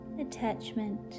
attachment